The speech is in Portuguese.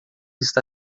está